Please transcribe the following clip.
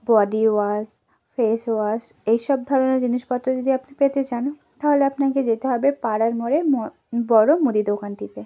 body wash face wash এই সব ধরনের জিনিসপত্র যদি আপনি পেতে চান তাহলে আপনাকে যেতে হবে পাড়ার মোড়ের ম বড়ো মুদির দোকানটিতে